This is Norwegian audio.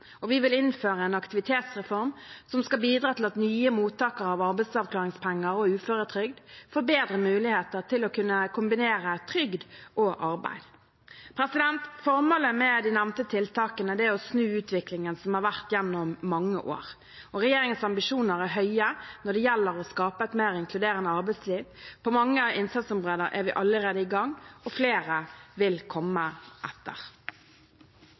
Vi vil innføre en aktivitetsreform, som skal bidra til at nye mottakere av arbeidsavklaringspenger og uføretrygd får bedre muligheter til å kunne kombinere trygd og arbeid. Formålet med de nevnte tiltakene er å snu utviklingen som har vært gjennom mange år. Regjeringens ambisjoner er høye når det gjelder å skape et mer inkluderende arbeidsliv. På mange innsatsområder er vi allerede i gang, og flere vil komme etter.